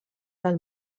del